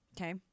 Okay